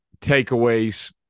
takeaways